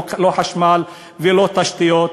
לא חשמל ולא תשתיות.